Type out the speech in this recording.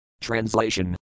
Translation